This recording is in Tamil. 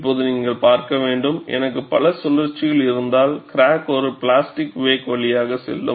இப்போது நீங்கள் பார்க்க வேண்டும் எனக்கு பல சுழற்சிகள் இருந்தால் கிராக் ஒரு பிளாஸ்டிக் வேக் வழியாக செல்லும்